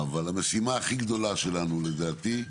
אבל המשימה הכי גדולה שלנו, לדעתי,